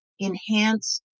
enhance